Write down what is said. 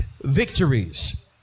victories